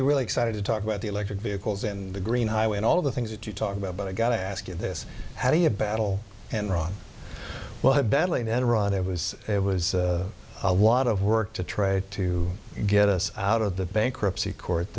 be really excited to talk about the electric vehicles in the green highway and all of the things that you talk about but i've got to ask you this how do you battle and run well i badly in enron it was it was a lot of work to try to get us out of the bankruptcy court